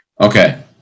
Okay